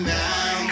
now